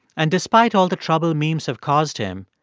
and despite all the trouble memes have caused him,